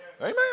Amen